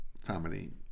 family